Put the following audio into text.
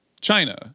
China